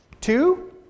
Two